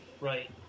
Right